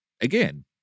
again